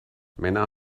männer